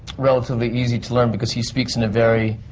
relatively easy to learn, because he speaks in a very.